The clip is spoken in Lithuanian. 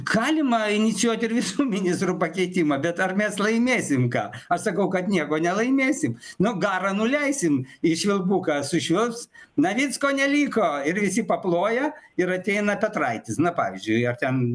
galima inicijuoti ir visų ministrų pakeitimą bet ar mes laimėsim ką aš sakau kad nieko nelaimėsim nu garą nuleisim į švilpuką sušvilps navicko neliko ir visi paploja ir ateina petraitis na pavyzdžiui ar ten